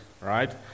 right